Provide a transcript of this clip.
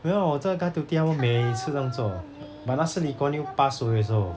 没有我这个 guard duty 他们每次这样做 but 那是 lee kuan yew pass away 的时候